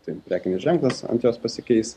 ten prekinis ženklas ant jos pasikeis